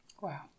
Wow